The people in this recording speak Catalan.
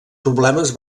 problemes